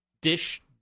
Dish